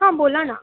हां बोला ना